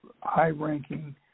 high-ranking